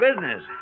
business